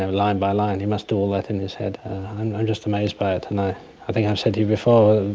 line by line, he must do all that in his head. i'm just amazed by it. and i think i've said to you before,